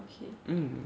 mm